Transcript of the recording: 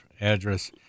address